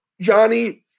Johnny